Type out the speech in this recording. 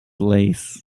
lace